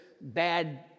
bad